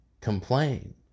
complain